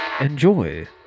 Enjoy